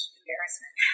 embarrassment